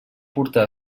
portar